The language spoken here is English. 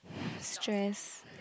stressed